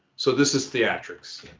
so this is theatrics.